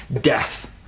death